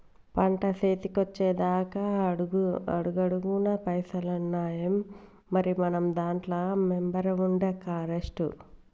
పంట సేతికొచ్చెదాక అడుగడుగున పైసలేనాయె, మరి మనం దాంట్ల మెంబరవుడే కరెస్టు